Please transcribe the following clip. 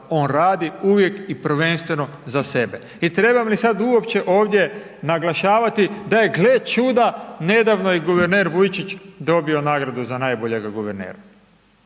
on radi uvijek i prvenstveno za sebe. I trebam li sad uopće ovdje naglašavati da je gle čuda nedavno je guverner Vujčić dobio nagradu za najboljega guvernera.